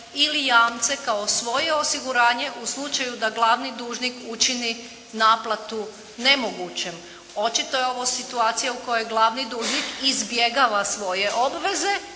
ili jamce kao svoje osiguranje u slučaju da glavni dužnik učini naplatu nemogućom. Očito je ovo situacija u kojoj glavni dužnik izbjegava svoje obveze.